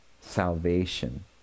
salvation